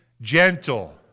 Gentle